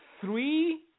three